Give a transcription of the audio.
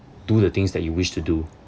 do the things that you wish to do